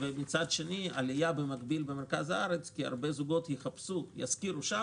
ובמקביל עלייה במרכז הארץ כי הרבה זוגות ישכרו במרכז.